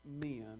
men